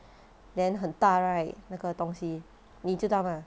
then 很大 right 那个东西你知道吗